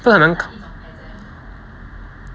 他很难